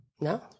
No